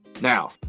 now